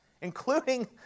including